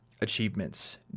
achievements